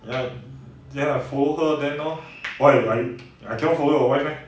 ya then I follow her then lor why I I cannot follow your wife meh